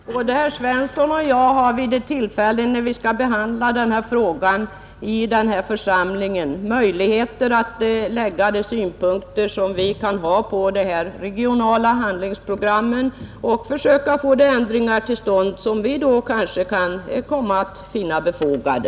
Herr talman! Både herr Svensson i Malmö och jag får vid det tillfälle då vi kommer att behandla frågan i den här församlingen möjligheter att anföra de synpunkter vi kan ha på de regionala handlingsprogrammen, och då kan vi försöka få de ändringar till stånd som vi anser vara befogade.